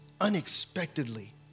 Unexpectedly